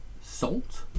salt